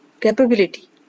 capability